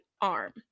arm